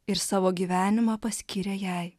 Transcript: ir savo gyvenimą paskyrė jai